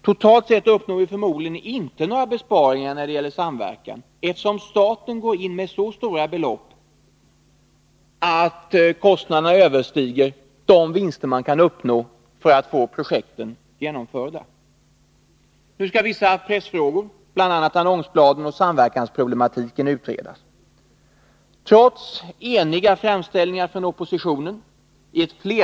Totalt sett uppnår vi förmodligen inte några besparingar när det gäller samverkan, eftersom staten går in med så stora belopp för att få projekten genomförda att kostnaderna överstiger de vinster man kan uppnå. Nu skall vissa pressfrågor, bl.a. annonsbladen och samverkansproble matiken, utredas. Trots eniga framställningar från oppositionen i ett flertal.